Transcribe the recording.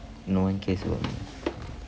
no one cares about